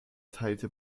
teilte